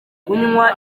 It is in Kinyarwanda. kunywa